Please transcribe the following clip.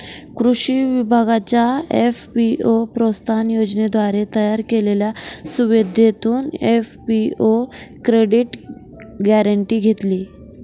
कृषी विभागाच्या एफ.पी.ओ प्रोत्साहन योजनेद्वारे तयार केलेल्या सुविधेतून एफ.पी.ओ क्रेडिट गॅरेंटी घेतली